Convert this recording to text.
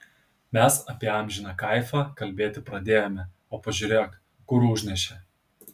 mes apie amžiną kaifą kalbėti pradėjome o pažiūrėk kur užnešė